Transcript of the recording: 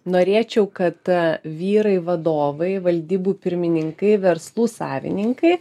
norėčiau kad vyrai vadovai valdybų pirmininkai verslų savininkai